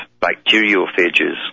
bacteriophages